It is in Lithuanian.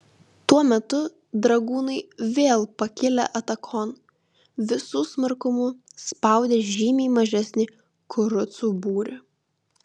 tuo metu dragūnai vėl pakilę atakon visu smarkumu spaudė žymiai mažesnį kurucų būrį